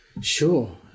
Sure